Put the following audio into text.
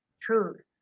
truth